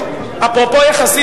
יחסים,